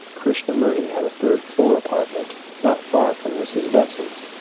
krishnamurti had a third-floor apartment not far from mrs. besant's,